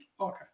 okay